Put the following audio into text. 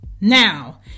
Now